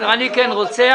אני כן רוצה.